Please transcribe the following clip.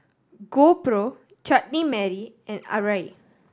GoPro Chutney Mary and Arai